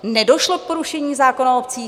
Nedošlo k porušení zákona o obcích?